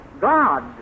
God